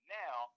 now